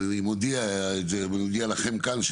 אני מודיע לכם כאן,